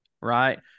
right